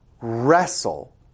wrestle